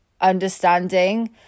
understanding